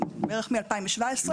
וזה בערך מ-2017.